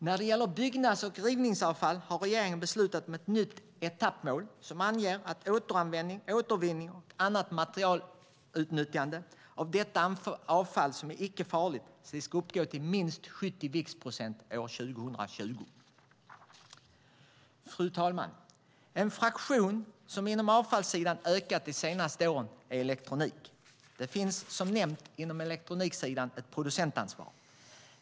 När det gäller byggnads och rivningsavfall har regeringen beslutat om ett nytt etappmål som anger att återanvändning, återvinning och annat materialutnyttjande av den del av detta avfall som inte är farligt ska uppgå till minst 70 viktprocent år 2020. En fraktion inom avfallssidan som har ökat de senaste åren är elektronik. Det finns som nämnts ett producentansvar på elektroniksidan.